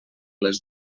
les